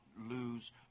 lose